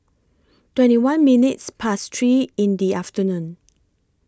twenty one minutes Past three in The afternoon